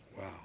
Wow